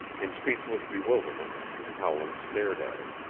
in speechless bewilderment howland stared at her.